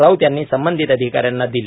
राऊत यांनी संबंधित अधिकाऱ्याना दिले